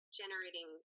generating